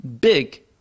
big